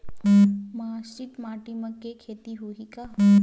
मटासी माटी म के खेती होही का?